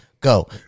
go